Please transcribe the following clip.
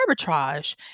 arbitrage